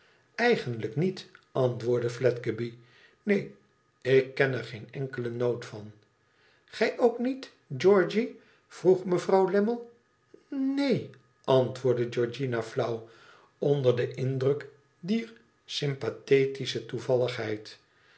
eigenlijk niet antwoordde fledgeby neen ik ken er geen enkele noot van gij ook niet georgië vroe mevrouw lammie n neen antwoordde georgiana flauw onder den indruk dier sympathetische toevalligheid